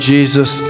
Jesus